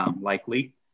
likely